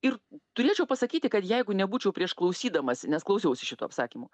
ir turėčiau pasakyti kad jeigu nebūčiau prieš klausydamas nes klausiausi šitų atsakymų